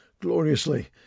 gloriously